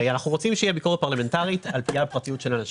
הרי אנחנו רוצים שיהיה ביקורת פרלמנטרית על פגיעה בפרטיות של אנשים.